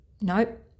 nope